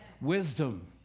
wisdom